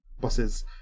buses